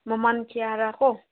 ꯃꯃꯜ ꯀꯌꯥꯔꯀꯣ